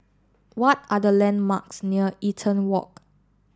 what are the landmarks near Eaton Walk